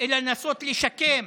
אלא לנסות לשקם,